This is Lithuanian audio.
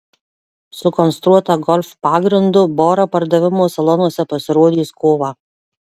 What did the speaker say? sukonstruota golf pagrindu bora pardavimo salonuose pasirodys kovą